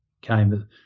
came